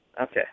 Okay